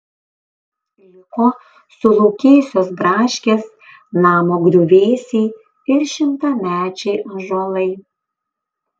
liko sulaukėjusios braškės namo griuvėsiai ir šimtamečiai ąžuolai